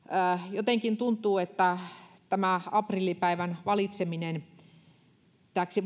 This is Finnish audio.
jotenkin tuntuu että tämä aprillipäivän valitseminen täksi